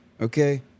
Okay